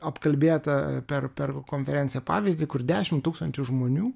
apkalbėtą per per konferenciją pavyzdį kur dešimt tūkstančių žmonių